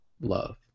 love